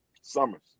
summers